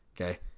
Okay